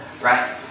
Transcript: right